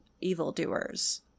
evildoers